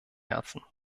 herzen